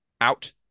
out